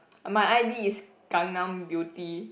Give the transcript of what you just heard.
My I_D is Gangnam Beauty